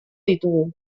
ditugu